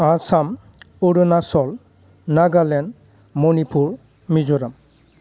Assam Arunachal Pradesh Nagaland Manipur Mizoram